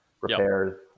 repairs